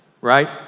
Right